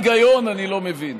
את ההיגיון אני לא מבין.